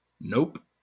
nope